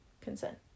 Consent